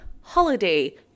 holiday